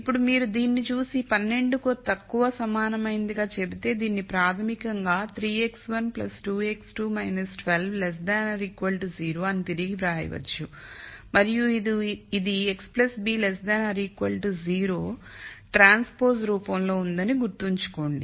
ఇప్పుడు మీరు దీనిని చూసి 12 కి తక్కువ సమానమైనదిగా చెబితే దీన్ని ప్రాథమికంగా 3 x1 2 x2 12 0 అని తిరిగి వ్రాయవచ్చు మరియు ఇది x b 0 ట్రాన్స్పోజ్లో రూపంలో ఉందని గుర్తుంచుకోండి